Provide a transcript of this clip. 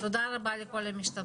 אז זה שלב שאפשר עוד להשפיע.